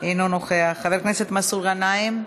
אינו נוכח, חבר הכנסת מסעוד גנאים,